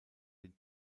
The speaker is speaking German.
den